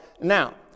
Now